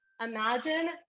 Imagine